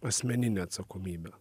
asmeninę atsakomybę